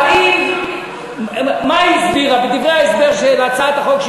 מה היא הסבירה בדברי ההסבר של הצעת החוק,